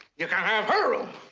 you can have her